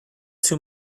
too